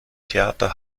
theater